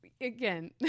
Again